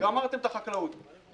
גמרתם את החקלאות.